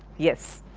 yes.